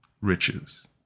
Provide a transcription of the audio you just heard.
riches